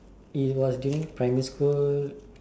it was during primary school